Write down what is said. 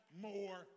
more